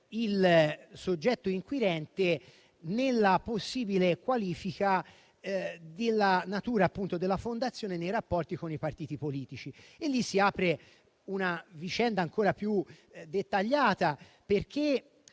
il soggetto inquirente nella possibile qualifica della natura della fondazione nei rapporti con i partiti politici. Lì si apre una vicenda ancora più dettagliata, perché